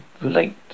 relate